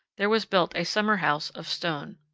there was built a summer house of stone.